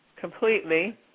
completely